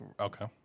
Okay